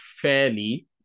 fairly